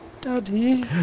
Daddy